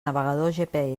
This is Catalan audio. navegador